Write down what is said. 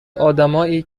آدمایی